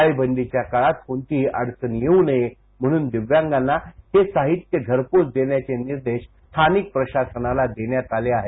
टाळेबंदीच्या काळात कोणतीही अडचण येऊ नये म्हणून दिव्यांगांना हे साहित्य घरपोच देण्याचे निर्देश स्थानिक प्रशासनाला देण्यात आले आहेत